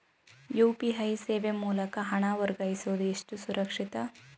UPI ಸೇವೆ ಮೂಲಕ ಹಣ ವರ್ಗಾಯಿಸುವುದು ಎಷ್ಟು ಸುರಕ್ಷಿತ?